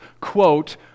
quote